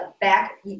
back